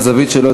מהזווית שלו,